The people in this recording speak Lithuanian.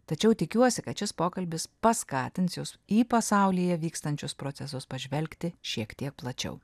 tačiau tikiuosi kad šis pokalbis paskatins jus į pasaulyje vykstančius procesus pažvelgti šiek tiek plačiau